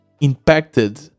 impacted